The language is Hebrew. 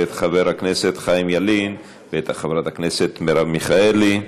את חבר הכנסת חיים ילין ואת חברת הכנסת מרב מיכאלי.